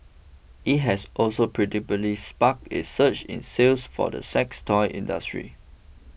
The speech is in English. it has also predictably sparked a surge in sales for the sex toy industry